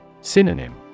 Synonym